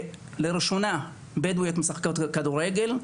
שלראשונה בדואיות משחקות כדורגל.